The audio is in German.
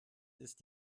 ist